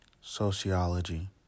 sociology